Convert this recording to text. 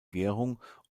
gärung